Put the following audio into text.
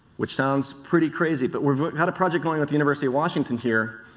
which sounds pretty crazy, but we have a project going with the university of washington here.